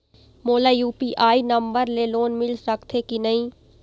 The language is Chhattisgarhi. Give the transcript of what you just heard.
मोला यू.पी.आई नंबर ले लोन मिल सकथे कि नहीं?